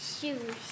Shoes